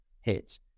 hits